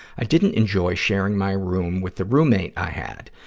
i didn't enjoy sharing my room with the roommate i had.